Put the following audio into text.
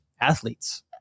athletes